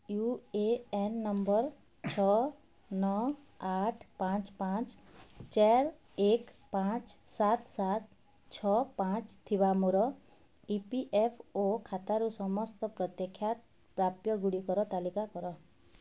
you A N number ଛଅ ନଅ ଆଠ ପାଞ୍ଚ ପାଞ୍ଚ ଚାରି ଏକ ପାଞ୍ଚ ସାତ ସାତ ଛଅ ପାଞ୍ଚ ଥିବା ମୋର ଇ ପି ଏଫ୍ ଓ ଖାତାରୁ ସମସ୍ତ ପ୍ରତ୍ୟାଖ୍ୟାତ ପ୍ରାପ୍ୟ ଗୁଡ଼ିକର ତାଲିକା କର